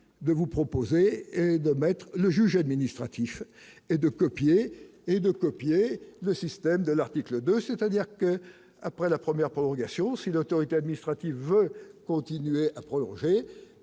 de vous proposer de mettre le juge administratif et de copier et de copier le système de l'article 2, c'est-à-dire que, après la première prolongation si l'autorité administrative, continuer à prolonger,